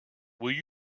will